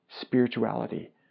spirituality